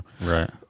Right